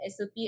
SOP